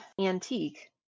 antique